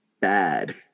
bad